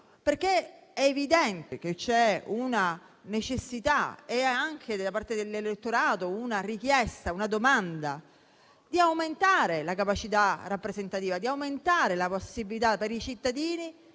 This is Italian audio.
perché è evidente che c'è una necessità - e anche da parte dell'elettorato c'è una richiesta in tal senso - di aumentare la capacità rappresentativa, di aumentare la possibilità per i cittadini